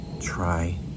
Try